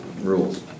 rules